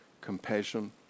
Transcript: compassion